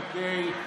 אוקיי.